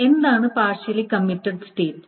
എന്താണ് partially committed state